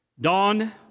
Dawn